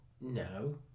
No